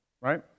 right